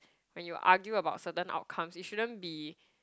when you argue about certain outcomes it shouldn't be